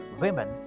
women